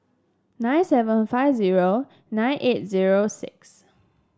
nine seven five zero nine eight zero six